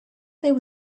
there